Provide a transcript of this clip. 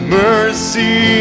mercy